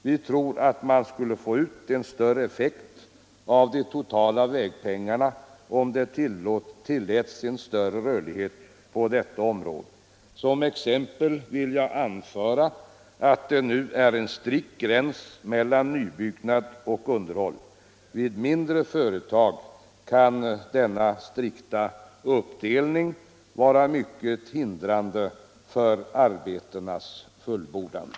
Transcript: Vi tror att man skulle få ut en större effekt av de totala vägpengarna, om det tilläts en större rörlighet på detta område. Som exempel vill jag anföra att det nu är en strikt gräns mellan nybyggnad och underhåll. Vid mindre företag kan denna strikta uppdelning vara mycket hindrande för arbetenas fullbordande.